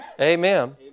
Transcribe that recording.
Amen